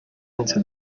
into